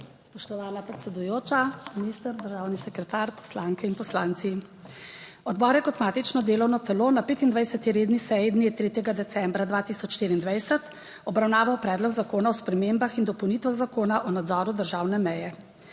Spoštovana predsedujoča, minister, državni sekretar, poslanke in poslanci! Odbor je kot matično delovno telo na 25. redni seji dne 3. decembra 2024 obravnaval Predlog zakona o spremembah in dopolnitvah Zakona o nadzoru državne meje.